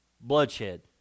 bloodshed